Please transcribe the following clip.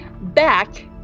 Back